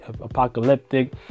apocalyptic